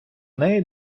неї